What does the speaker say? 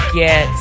get